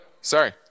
sorry